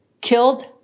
killed